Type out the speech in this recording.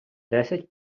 десять